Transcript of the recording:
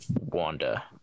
Wanda